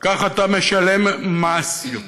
וכך אתה משלם מס יותר.